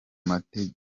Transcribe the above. mateka